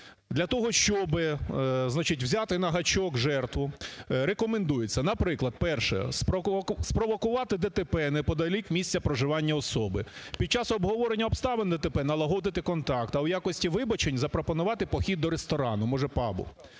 Для того, щоб взяти "на гачок" жертву, рекомендується, наприклад: перше – спровокувати ДТП неподалік місця проживання особи, під час обговорення обставин ДТП налагодити контакт, а в якості вибачень запропонувати похід до ресторану, може пабу;